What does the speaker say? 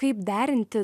kaip derinti